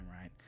right